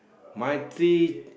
my treat